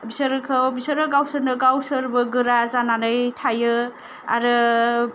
बिसोरखौ बिसोर गावसोरनो गोरा जानानै थायो आरो